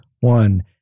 one